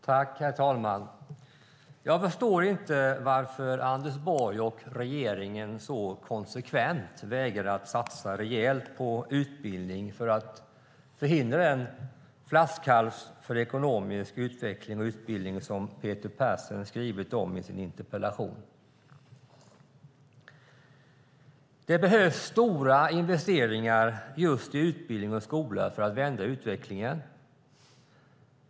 Herr talman! Jag förstår inte varför Anders Borg och regeringen så konsekvent vägrar att satsa rejält på utbildning för att förhindra den flaskhals för ekonomisk utveckling och utbildning som Peter Persson skrivit om i sin interpellation. Det behövs stora investeringar i utbildning och skola för att vända utvecklingen.